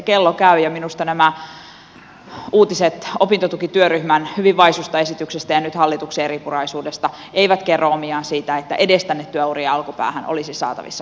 kello käy ja minusta nämä uutiset opintotukityöryhmän hyvin vaisusta esityksestä ja nyt hallituksen eripuraisuudesta eivät kerro omiaan siitä että edes tänne työurien alkupäähän olisi saatavissa parannuksia